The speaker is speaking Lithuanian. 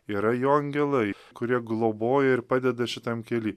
yra jo angelai kurie globoja ir padeda šitam kely